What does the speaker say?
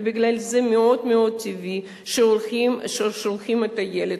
ובגלל זה מאוד מאוד טבעי ששולחים את הילד